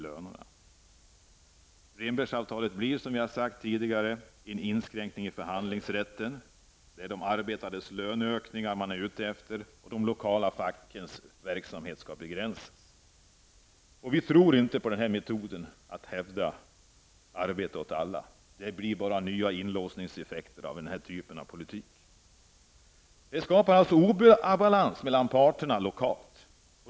Rehnbergavtalen innebär, som jag tidigare har sagt, en inskränkning i förhandlingsrätten. Det är de arbetandes löneökningar som man är ute efter. De lokala fackens verksamhet skall begränsas. Vi tror dock inte på denna metod att hävda detta med arbete åt alla. I stället blir det bara nya inlåsningseffekter med den typen av politik. Det blir alltså obalans mellan parterna lokalt.